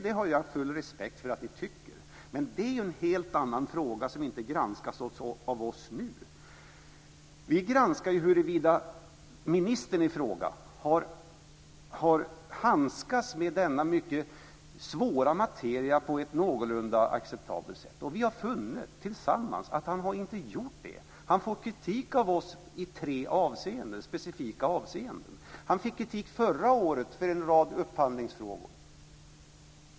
Det har jag full respekt för att ni tycker. Men det är ju en helt annan fråga, som inte granskas av oss nu. Vi granskar huruvida ministern i fråga har handskats med denna mycket svåra materia på ett någorlunda acceptabelt sätt, och vi har tillsammans funnit att han inte har gjort det. Han får kritik av oss i tre specifika avseenden. Han fick kritik förra året för en rad upphandlingsfrågor.